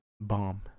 bomb